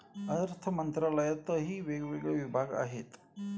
अर्थमंत्रालयातही वेगवेगळे विभाग आहेत